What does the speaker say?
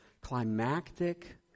climactic